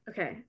Okay